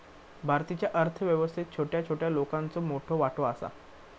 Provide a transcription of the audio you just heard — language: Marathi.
भारतीच्या अर्थ व्यवस्थेत छोट्या छोट्या लोकांचो मोठो वाटो आसा